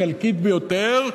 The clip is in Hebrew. היא חלקית ביותר,